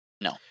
no